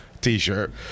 T-shirt